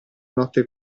notte